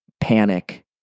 panic